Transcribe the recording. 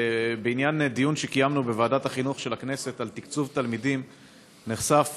בדיון שקיימנו בוועדת החינוך של הכנסת על תקצוב תלמידים נחשפו,